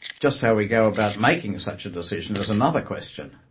just how we go about making such a decision is another question,